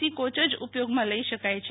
C coach જ ઉપયોગમાં લઈ શકાય છે